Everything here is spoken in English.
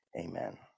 amen